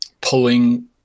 pulling